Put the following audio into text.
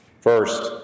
First